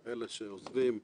בוודאי דב ואיתן,